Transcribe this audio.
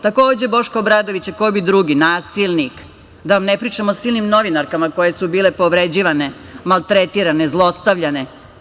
Takođe, Boško Obradović, ko bi drugi, nasilnik, da vam ne pričam o silnim novinarkama koje su bile povređivane, maltretirane, zlostavljane.